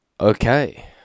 Okay